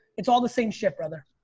it's all the same shit brother.